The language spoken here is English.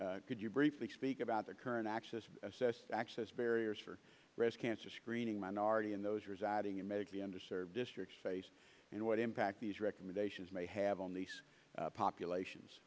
could you briefly speak about the current access assessed access barriers for breast cancer screening minority and those residing in medically underserved districts face and what impact these recommendations may have on these populations